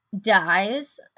dies